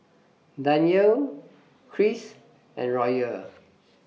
Danyelle Kris and Royal